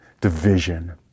division